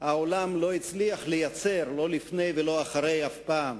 שהעולם לא הצליח לייצר לא לפני ולא אחרי, אף פעם,